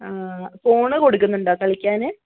ആ ഫോണ് കൊടുക്കുന്നുണ്ടോ കളിക്കാൻ